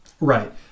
Right